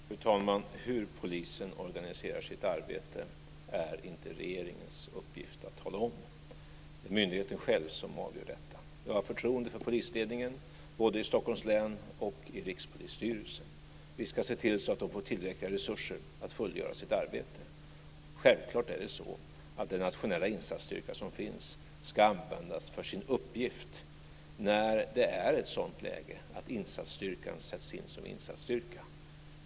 Fru talman! Hur polisen organiserar sitt arbete är inte regeringens uppgift att tala om. Det är myndigheten själv som avgör detta. Jag har förtroende för polisledningen både i Stockholms län och i Rikspolisstyrelsen. Vi ska se till så att de får tillräckliga resurser att fullgöra sitt arbete. Självklart ska den nationella insatsstyrka som finns användas för sin uppgift när det är ett sådant läge att insatsstyrkan sätts in som insatsstyrka.